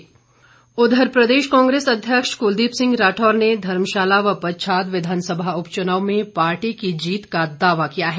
राठौर प्रदेश कांग्रेस अध्यक्ष कुलदीप सिंह राठौर ने धर्मशाला व पच्छाद विधानसभा उपचुनाव में पार्टी की जीत का दावा किया है